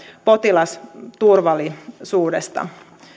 potilasturvallisuudesta